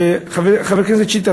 חבר הכנסת שטרית,